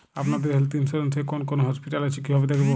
আপনাদের health insurance এ কোন কোন হসপিটাল আছে কিভাবে দেখবো?